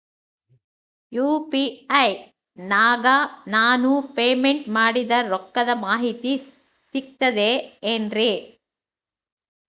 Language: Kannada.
ಯು.ಪಿ.ಐ ನಾಗ ನಾನು ಪೇಮೆಂಟ್ ಮಾಡಿದ ರೊಕ್ಕದ ಮಾಹಿತಿ ಸಿಕ್ತದೆ ಏನ್ರಿ?